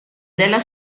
della